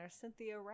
Cynthia